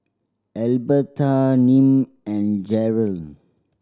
Albertha Nim and Jerrell